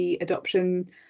adoption